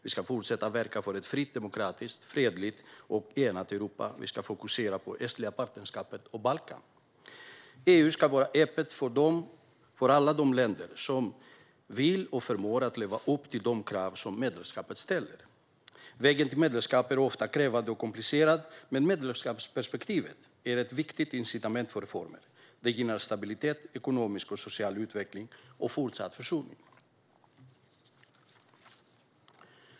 Vi ska fortsätta att verka för ett fritt, demokratiskt, fredligt och enat Europa. Vi ska fokusera på det östliga partnerskapet och Balkan. EU ska vara öppet för alla de länder som vill och förmår leva upp till de krav som medlemskapet ställer. Vägen till medlemskap är ofta krävande och komplicerad, men medlemskapsperspektivet är ett viktigt incitament för reformer. Det gynnar stabilitet, ekonomisk och social utveckling och fortsatt försoning.